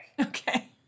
Okay